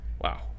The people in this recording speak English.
Wow